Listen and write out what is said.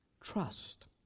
trust